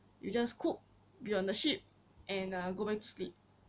you just cook be on the sharp and uh go back to sleep